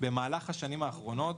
במהלך השנים האחרונות,